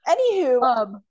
Anywho